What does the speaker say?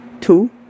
two